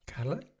Carla